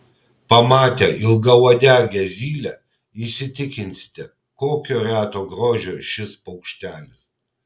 pamatę ilgauodegę zylę įsitikinsite kokio reto grožio šis paukštelis